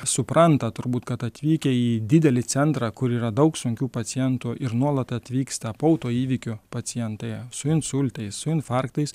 supranta turbūt kad atvykę į didelį centrą kur yra daug sunkių pacientų ir nuolat atvyksta po autoįvykių pacientai su insultais su infarktais